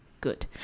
good